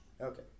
okay